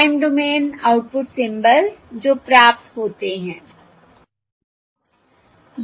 time domain output symbols जो प्राप्त होते हैं